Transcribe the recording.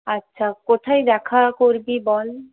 আচ্ছা কোথায় দেখা করবি বল